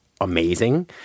amazing